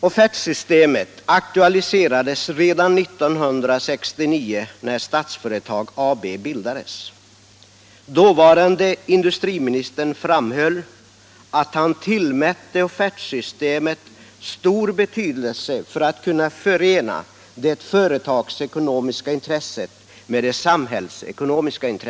Offertsystemet aktualiserades redan 1969, när Statsföretag AB bildades. Dåvarande industriministern framhöll att han tillmätte offertsystemet stor betydelse för att det företagsekonomiska intresset skulle kunna förenas med det samhällsekonomiska.